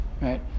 right